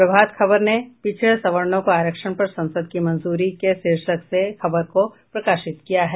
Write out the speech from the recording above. प्रभाात खबर ने पिछड़े सवर्णों को आरक्षण पर संसद की मंजूरी के शीर्षक से खबर को प्रकाशित किया है